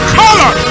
color